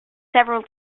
several